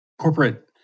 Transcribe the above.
corporate